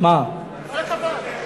כל הכבוד.